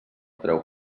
treu